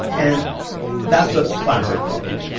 and that's a classic flunky.